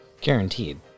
guaranteed